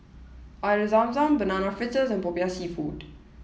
Air Zam Zam Banana Fritters and Popiah Seafood